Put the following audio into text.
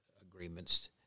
agreements